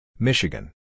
Michigan